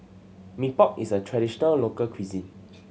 Mee Pok is a traditional local cuisine